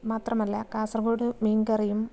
മാത്രമല്ല കാസർകോഡ് മീൻകറിയും